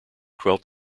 twelve